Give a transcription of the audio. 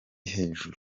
hejuru